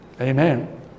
amen